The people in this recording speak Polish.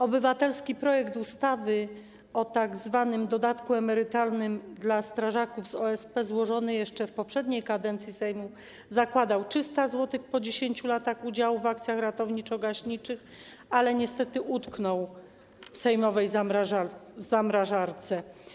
Obywatelski projekt ustawy o tzw. dodatku emerytalnym dla strażaków z OSP, złożony jeszcze w poprzedniej kadencji Sejmu, zakładał 300 zł po 10 latach udziału w akacjach ratowniczo-gaśniczych, ale niestety utknął w sejmowej zamrażarce.